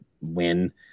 win